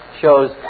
Shows